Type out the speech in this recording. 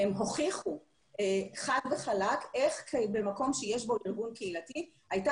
הם הוכיחו חד וחלק איך במקום שיש בו ארגון קהילתי הייתה